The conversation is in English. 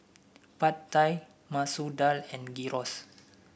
Pad Thai Masoor Dal and Gyros